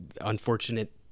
unfortunate